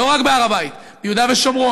לא רק בהר-הבית, ביהודה ושומרון.